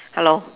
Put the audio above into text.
hello